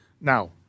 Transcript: Now